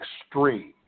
extreme